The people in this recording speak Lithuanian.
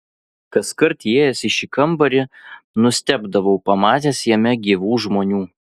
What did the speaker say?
kaskart įėjęs į šį kambarį nustebdavau pamatęs jame gyvų žmonių